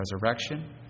resurrection